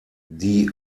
die